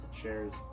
Shares